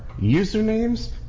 usernames